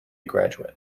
graduate